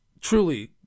truly